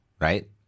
right